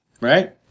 Right